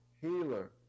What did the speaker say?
healer